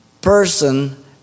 person